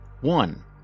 One